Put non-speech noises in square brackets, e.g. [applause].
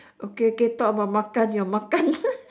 okay K talk about makan your makan [laughs]